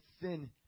sin